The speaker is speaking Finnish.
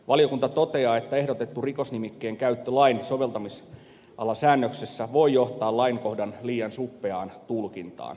valiokunta toteaa että ehdotettu rikosnimikkeen käyttö lain soveltamisalasäännöksessä voi johtaa lainkohdan liian suppeaan tulkintaan